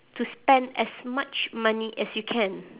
to spend as much money as you can